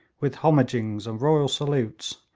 with homagings and royal salutes,